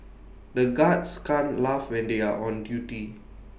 the guards can't laugh when they are on duty